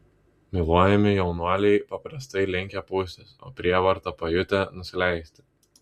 myluojami jaunuoliai paprastai linkę pūstis o prievartą pajutę nusileisti